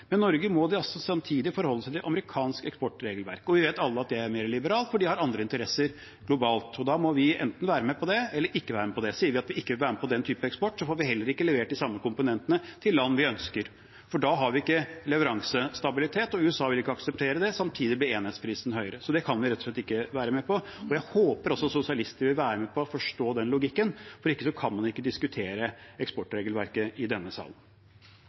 men i Norge må de altså samtidig forholde seg til amerikansk eksportregelverk, og vi vet alle at det er mer liberalt, for de har andre interesser globalt. Da må vi enten være med på det, eller ikke være med på det. Sier vi at vi ikke vil være med på den type eksport, får vi heller ikke levert de samme komponentene til land vi ønsker, for da har vi ikke leveransestabilitet. USA vil ikke akseptere det, og samtidig blir enhetsprisen høyere, så det kan vi rett og slett ikke være med på. Jeg håper også sosialister vil være med på å forstå den logikken, for hvis ikke kan man ikke diskutere eksportregelverket i denne salen.